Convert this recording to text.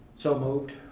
so moved.